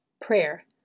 Prayer